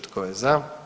Tko je za?